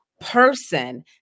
person